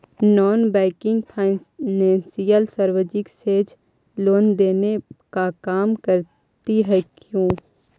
Non banking financial services loan देने का काम करती है क्यू?